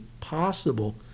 possible